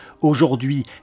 Aujourd'hui